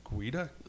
Guida